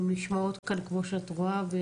הן נשמעות כאן, כמו שאת רואה.